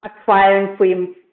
acquiring